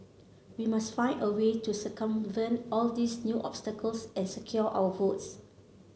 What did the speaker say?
we must find a way to circumvent all these new obstacles and secure our votes